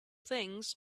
things